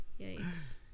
Yikes